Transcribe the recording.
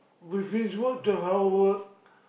we finish work twelve hour